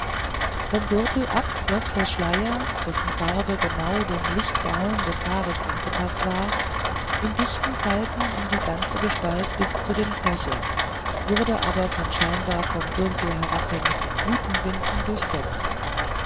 vom gürtel ab floß der schleier dessen farbe genau dem lichtbraun des haares angepaßt war in dichten falten um die ganze gestalt bis zu den knöcheln wurde aber von scheinbar vom gürtel herabhängenden blütengewinden durchsetzt